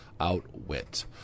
outwit